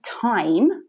time